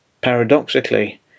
Paradoxically